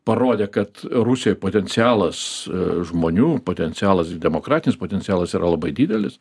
parodė kad rusijoj potencialas žmonių potencialas ir demokratinis potencialas yra labai didelis